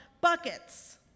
buckets